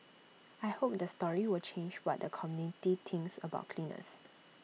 I hope the story will change what the community thinks about cleaners